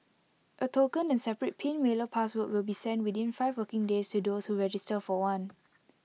A token and separate pin mailer password will be sent within five working days to those who register for one